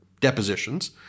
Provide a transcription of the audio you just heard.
depositions